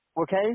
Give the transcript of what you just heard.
Okay